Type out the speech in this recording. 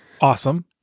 Awesome